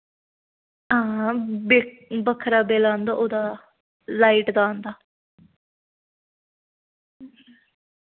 हां बिक बक्खरा बिल आंदा ओह्दा लाइट दा आंदा